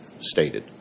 stated